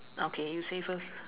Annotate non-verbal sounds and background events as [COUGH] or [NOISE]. okay you say first [LAUGHS]